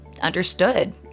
understood